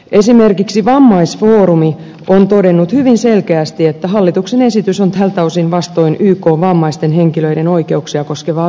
esimerkiksi vammaisfoorumi on todennut hyvin selkeästi että hallituksen esitys on tältä osin vastoin ykn vammaisten henkilöiden oikeuksia koskevaa yleissopimusta